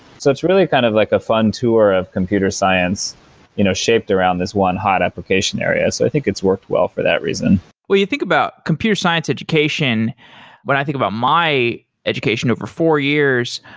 so it's really kind of like a fun tour of computer science you know shaped around this one hot application area. so i think it's worked well for that reason well, you think about computer science education when i think about my education over four years,